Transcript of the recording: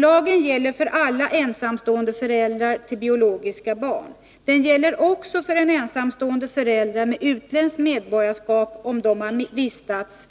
Lagen gäller för alla ensamstående föräldrar till biologiska barn. Den gäller också för en ensamstående förälder med utländskt medborgarskap, om vederbörande vistats